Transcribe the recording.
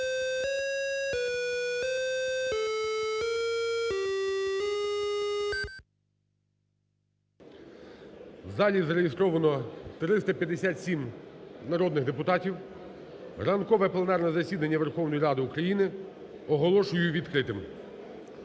залі зареєстровано 357 народних депутатів. Ранкове пленарне засідання Верховної Ради України оголошую відкритим.